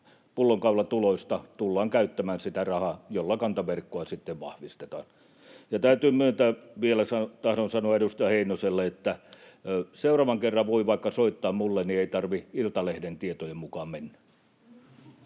pullonkaulatuloista tullaan käyttämään sitä rahaa, jolla kantaverkkoa sitten vahvistetaan. Täytyy myöntää, että vielä tahdon sanoa edustaja Heinoselle, että seuraavan kerran voi vaikka soittaa minulle, niin ei tarvitse Iltalehden tietojen mukaan mennä.